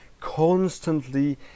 constantly